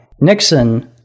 Nixon